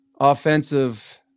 offensive